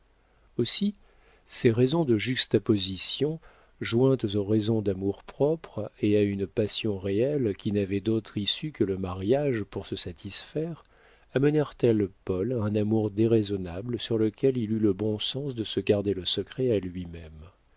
aussi ces raisons de juxtaposition jointes aux raisons d'amour-propre et à une passion réelle qui n'avait d'autre issue que le mariage pour se satisfaire amenèrent elles paul à un amour déraisonnable sur lequel il eut le bon sens de se garder le secret à lui-même